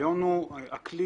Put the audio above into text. הכלי